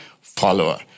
follower